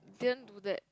didn't do that